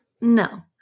No